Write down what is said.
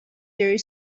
their